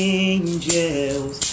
angels